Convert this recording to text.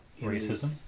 Racism